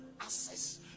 access